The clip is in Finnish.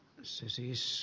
se siis